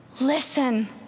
Listen